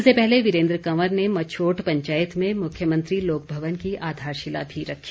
इससे पहले वीरेन्द्र कंवर ने मछोट पंचायत में मुख्यमंत्री लोक भवन की आधारशिला भी रखी